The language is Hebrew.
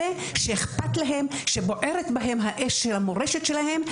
אלה שאכפת להם; שבוערת בהם האש של המורשת שלהם.